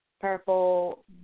purple